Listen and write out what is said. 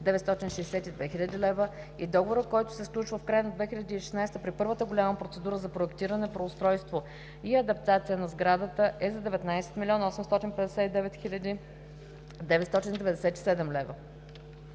962 хил. лв. и договорът, който се сключва в края на 2016 г. при първата голяма процедура за проектиране, преустройство и адаптация на сградата, е за 19 млн.